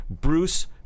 Bruce